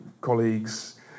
colleagues